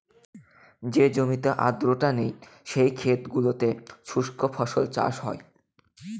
যে জমিতে আর্দ্রতা নেই, সেই ক্ষেত গুলোতে শুস্ক ফসল চাষ হয়